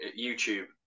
YouTube